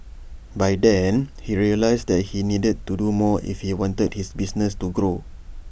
by then he realised that he needed to do more if he wanted the business to grow